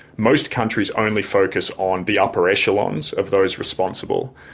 most countries only focus on the upper echelons of those responsible,